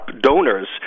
donors